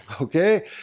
Okay